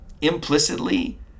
implicitly